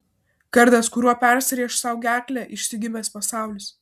kardas kuriuo persirėš sau gerklę išsigimęs pasaulis